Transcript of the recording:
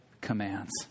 commands